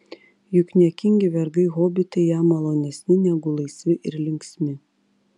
juk niekingi vergai hobitai jam malonesni negu laisvi ir linksmi